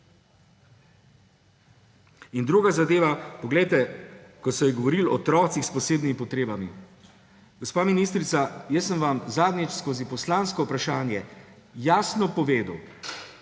In druga zadeva, ko se je govorilo o otrocih s posebnimi potrebami. Gospa ministrica, jaz sem vam zadnjič skozi poslansko vprašanje jasno povedal,